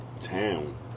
town